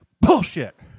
Bullshit